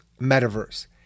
metaverse